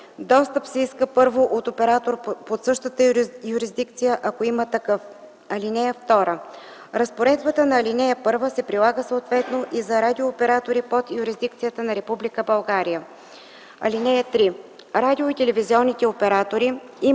Достъп се иска първо от оператор под същата юрисдикция, ако има такъв. (2) Разпоредбата на ал. 1 се прилага съответно и за радиооператори под юрисдикцията на Република България. (3) Радио- и телевизионните оператори имат